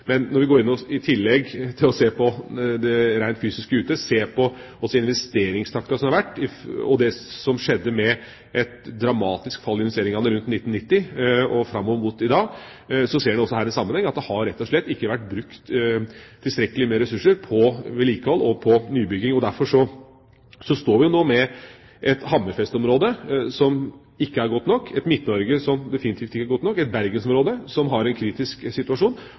men når vi, i tillegg til å se på det rent fysiske ute, også ser på investeringstakten som har vært, med et dramatisk fall i investeringene rundt 1990 og fram til i dag, ser vi også her en sammenheng. Det har rett og slett ikke vært brukt tilstrekkelig med ressurser på vedlikehold og på nybygging, og derfor står vi jo nå med et Hammerfest-område som ikke er godt nok, et Midt-Norge som definitivt ikke er godt nok, et Bergensområde hvor situasjonen er kritisk, og et Oslo-område som også har